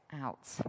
out